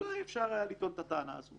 אולי היה אפשר לטעון את הטענה הזאת.